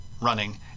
running